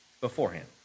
beforehand